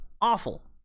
awful